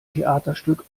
theaterstück